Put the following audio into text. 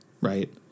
right